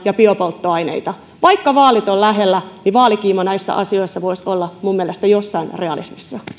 ja biopolttoaineita vaikka vaalit ovat lähellä vaalikiima näissä asioissa voisi olla minun mielestäni jossain realismissa